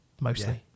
mostly